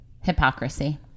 Hypocrisy